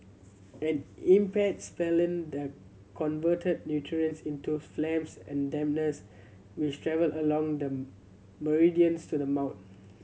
an impaired spleen the convert nutrients into phlegm and dampness which travel along the meridians to the mouth